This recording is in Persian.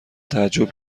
تعجب